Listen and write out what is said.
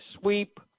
sweep